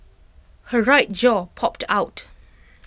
her right jaw popped out